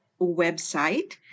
website